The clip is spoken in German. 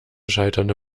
scheiternde